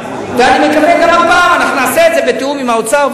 אני מקווה שגם הפעם אנחנו נעשה את זה בתיאום עם האוצר,